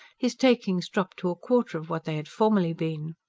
his takings dropped to a quarter of what they had formerly been.